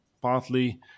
partly